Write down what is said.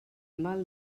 mal